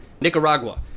Nicaragua